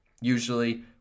usually